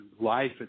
life